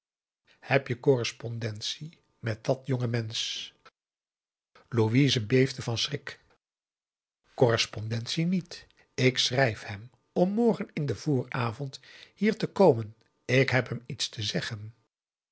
heb je correspondentie met dat jonge mensch louise beefde van schrik correspondentie niet ik schrijf hem om morgen in den vooravond hier te komen ik heb hem iets te zeggen